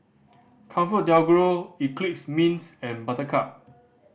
ComfortDelGro Eclipse Mints and Buttercup